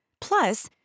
Plus